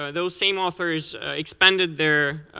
ah those same authors expanded their